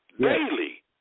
daily